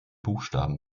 buchstaben